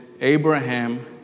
Abraham